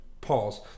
Pause